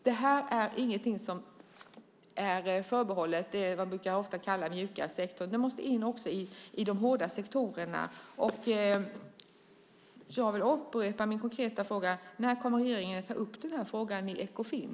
Det är inte förbehållet det som ofta kallas den mjuka sektorn. Det måste även in i de hårda sektorerna. Jag vill upprepa min konkreta fråga: När kommer regeringen att ta upp denna fråga i Ekofin?